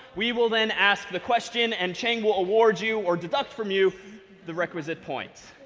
we will then ask the question, and cheng will award you, or deduct from you the requisite points.